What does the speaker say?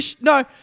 No